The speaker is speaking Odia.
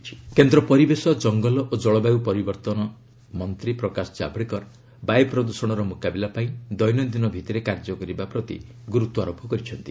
ଏଲ୍ଏସ୍ କାଭଡେକର ପଲ୍ୟୁସନ୍ କେନ୍ଦ୍ର ପରିବେଶ ଜଙ୍ଗଲ ଓ ଜଳବାୟୁ ପରିବର୍ତ୍ତନ ମନ୍ତ୍ରୀ ପ୍ରକାଶ ଜାଭଡେକର ବାୟୁ ପ୍ରଦୃଷଣର ମୁକାବିଲା ପାଇଁ ଦୈନନ୍ଦିନ ଭିତ୍ତିରେ କାର୍ଯ୍ୟ କରିବା ପ୍ରତି ଗୁରୁତ୍ୱାରୋପ କରିଛନ୍ତି